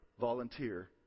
volunteer